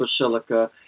basilica